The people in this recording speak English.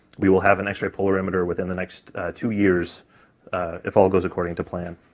we will have an x-ray polarimeter within the next two years if all goes according to plan.